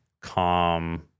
calm